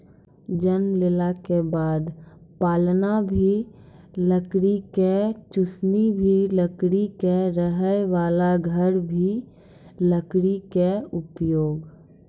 जन्म लेला के बाद पालना भी लकड़ी के, चुसनी भी लकड़ी के, रहै वाला घर मॅ भी लकड़ी के उपयोग